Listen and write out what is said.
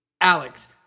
Alex